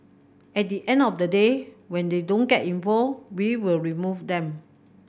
at the end of the day when they don't get involved we will remove them